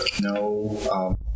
no